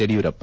Yediyurappa